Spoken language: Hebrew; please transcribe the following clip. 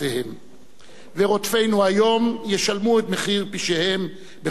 ורודפינו היום ישלמו את מחיר פשעיהם בכל מקום שבו הם מסתתרים.